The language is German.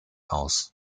aus